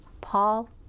Paul